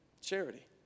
charity